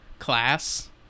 class